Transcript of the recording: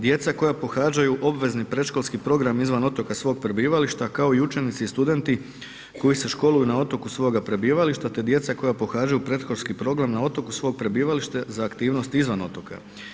Djeca koja pohađaju obvezni predškolski program izvan otoka svog prebivališta kao i učenici i studenti koji se školuju na otoku svoga prebivališta te djeca koja pohađaju predškolski program na otoku svog prebivališta za aktivnosti izvan otoka.